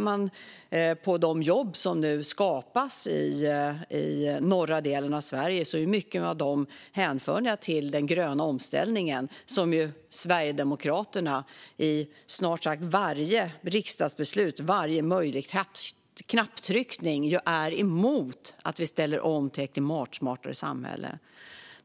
man ser på de jobb som nu skapas i norra delen av Sverige märker man att många av dem går att hänföra till den gröna omställningen, som ju Sverigedemokraterna i snart sagt varje riksdagsbeslut och varje möjlig knapptryckning är emot. De är emot att vi ställer om till ett klimatsmartare samhälle.